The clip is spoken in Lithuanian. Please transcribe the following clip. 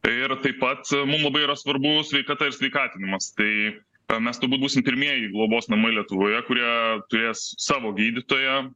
ir taip pat mum labai yra svarbu sveikata ir sveikatinimas tai mes turbūt būsim pirmieji globos namai lietuvoje kurie turės savo gydytoją